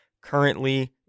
currently